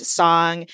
song